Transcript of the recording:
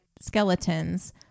skeletons